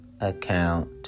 account